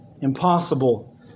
impossible